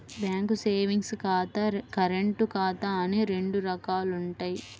bank savings ఖాతా, current ఖాతా అని రెండు రకాలుంటయ్యి